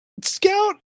Scout